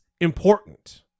important